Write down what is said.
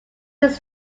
this